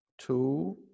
two